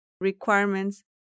requirements